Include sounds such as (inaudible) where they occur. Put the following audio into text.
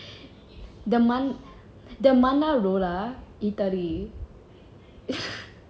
(laughs) the mo~ the monarola italy (laughs)